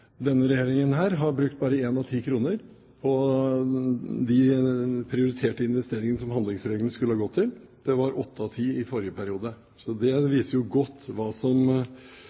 denne regjeringen bare har brukt én av ti kroner på de prioriterte investeringene handlingsregelen skulle ha gått til; det var åtte av ti i forrige periode. Det viser jo godt hva som